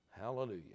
Hallelujah